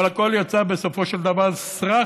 אבל הכול יצא בסופו של דבר סרק,